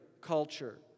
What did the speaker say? culture